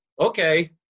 okay